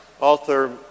author